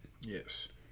Yes